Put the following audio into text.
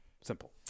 Simple